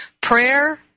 Prayer